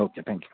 okay thank you